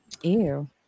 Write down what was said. Ew